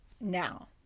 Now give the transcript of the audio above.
now